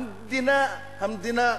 המדינה,